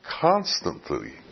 constantly